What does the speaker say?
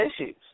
issues